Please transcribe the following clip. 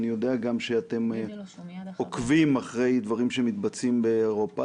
אני גם יודע שאתם עוקבים אחרי דברים שמתבצעים באירופה.